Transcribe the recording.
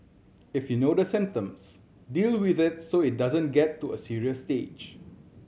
if you know the symptoms deal with it so that it doesn't get to a serious stage